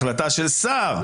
החלטה של שר,